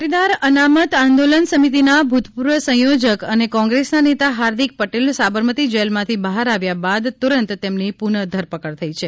પાટીદાર અનામત આંદોલન સમિતિના ભૂતપૂર્વ સંયોજક અને કોંગ્રેસના નેતા હાર્દિક પટેલ સાબરમતી જેલમાંથી બહાર આવ્યા બાદ તુરંત તેમની પુનઃ ધરપકડ થઇ છે